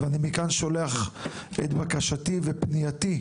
ואני מכאן שולח את בקשתי ואת פנייתי,